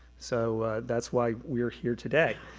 so that's why we are here today.